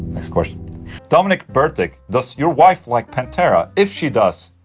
next question dominik birtic does your wife like pantera? if she does,